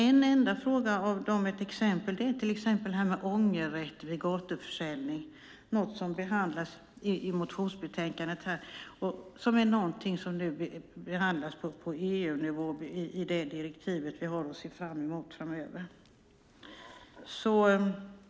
Ett enda exempel är frågan om ångerrätt vid gatuförsäljning, något som behandlas i detta betänkande och som behandlas på EU-nivå i det direktiv vi har att se fram emot framöver.